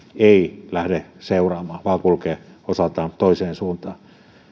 ei lähde seuraamaan vaan kulkee osaltaan toiseen suuntaan